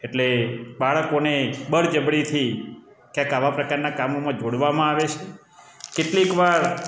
એટલે બાળકોને બળજબરીથી ક્યાંક આવા પ્રકારના કામોમાં જોડવામાં આવે છે કેટલીક વાર